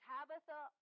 Tabitha